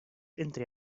entre